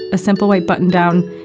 a simple white button down,